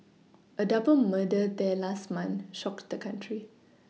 a double murder there last month shocked the country